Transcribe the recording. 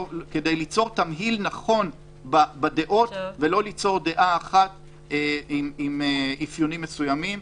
תמהיל נכון בדעות ולא ליצור דעה אחת עם אפיונים מסוימים,